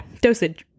dosage